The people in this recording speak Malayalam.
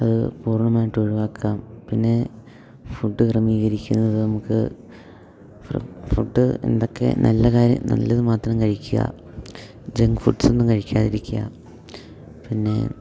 അത് പൂർണ്ണമായിട്ട് ഒഴിവാക്കാം പിന്നെ ഫുഡ് ക്രമീകരിക്കുന്നത് നമുക്ക് ഫുഡ് എന്തൊക്കെ നല്ല കാര്യം നല്ലത് മാത്രം കഴിക്കുക ജങ്ക് ഫുഡ്സ് ഒന്നും കഴിക്കാതിരിക്കുക പിന്നെ